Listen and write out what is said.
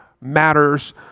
matters